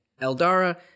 Eldara